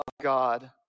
God